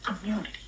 community